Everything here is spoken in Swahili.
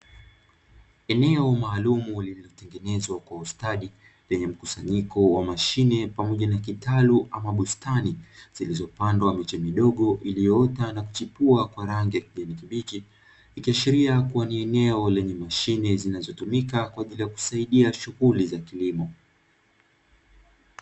Eneo maalum lililotengenezwa kwa ustadi yenye mkusanyiko wa mashine pamoja na kitalu ama bustani zilizopandwa miche midogo iliyoota na kuchipua kwa rangi ya kijani kibichi, ikiashiria kuwa ni eneo lenye mashine zinazotumika kwaajili ya kusaidia shughuli za kilimo.